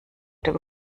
dem